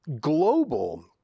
global